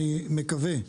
אני מקווה,